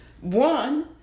One